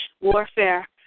warfare